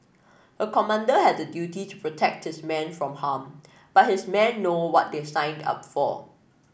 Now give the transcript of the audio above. a commander has a duty to protect his men from harm but his men know what they signed up for